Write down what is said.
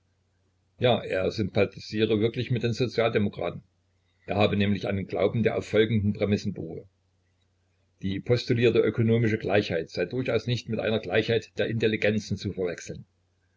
ja er sympathisiere wirklich mit den sozialdemokraten er habe nämlich einen glauben der auf folgenden prämissen beruhe die postulierte ökonomische gleichheit sei durchaus nicht mit einer gleichheit der intelligenzen zu verwechseln